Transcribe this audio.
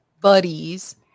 buddies